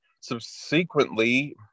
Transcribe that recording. Subsequently